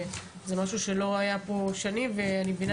שזה משהו שלא היה פה שנים ואני מבינה